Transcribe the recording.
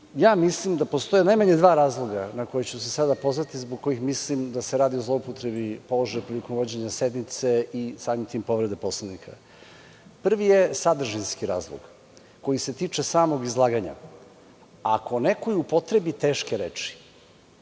ja mislim da postoje najmanje dva razloga na koje ću se sada pozvati, zbog kojih mislim da se radi o zloupotrebi položaja prilikom vođenja sednice i samim tim povrede Poslovnika. Prvi je sadržinski razlog koji se tiče samog izlaganja. Ako neko upotrebi teške reči,